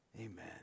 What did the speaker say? Amen